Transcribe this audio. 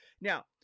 Now